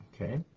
Okay